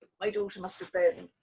my daughter must have been,